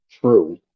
True